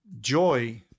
joy